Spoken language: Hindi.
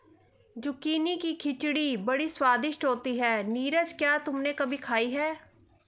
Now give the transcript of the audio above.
जुकीनी की खिचड़ी बड़ी स्वादिष्ट होती है नीरज क्या तुमने कभी खाई है?